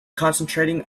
concentrating